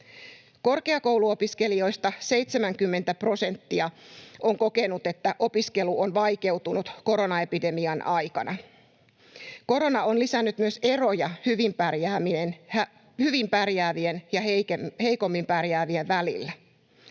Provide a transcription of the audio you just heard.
Korkeakouluopiskelijoista 70 prosenttia on kokenut, että opiskelu on vaikeutunut koronaepidemian aikana. Korona on lisännyt myös eroja hyvin pärjäävien ja heikommin pärjäävien välillä.